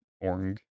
Orange